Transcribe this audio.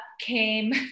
came